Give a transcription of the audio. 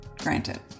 granted